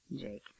Jake